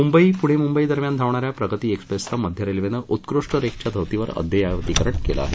मुंबई पूणे मुंबई दरम्यान धावणा या प्रगती एक्सप्रेसचं मध्य रेल्वेनं उत्कृष्ट रेक च्या धर्तीवर अद्ययावतीकरण केलं आहे